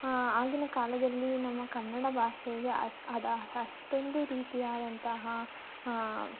ಆಗಿನ ಕಾಲದಲ್ಲಿ ನಮ್ಮ ಕನ್ನಡ ಭಾಷೆಗೆ ಅಷ್ಟ್ ಅದು ಅಷ್ಟೊಂದು ರೀತಿಯಾದಂತಹ